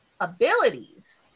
abilities